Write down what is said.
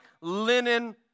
linen